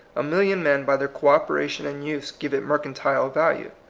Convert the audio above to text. a million men by their co-operation and use give it mercantile value.